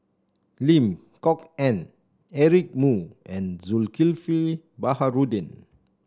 Lim Kok Ann Eric Moo and Zulkifli Baharudin